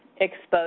exposed